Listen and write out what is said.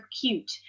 cute